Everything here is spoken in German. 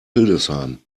hildesheim